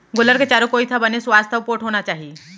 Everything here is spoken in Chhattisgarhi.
गोल्लर के चारों कोइत ह बने सुवास्थ अउ पोठ होना चाही